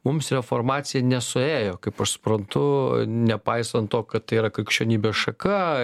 mums reformacija nesuėjo kaip aš suprantu nepaisant to kad tai yra krikščionybės šaka